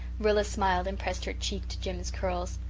rilla smiled and pressed her cheek to jims' curls.